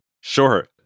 Sure